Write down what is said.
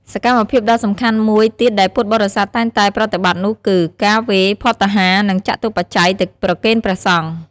សកម្មភាពដ៏សំខាន់មួយទៀតដែលពុទ្ធបរិស័ទតែងតែប្រតិបត្តិនោះគឺ ការវេរភត្តាហារ និងចតុបច្ច័យ ទៅប្រគេនព្រះសង្ឃ។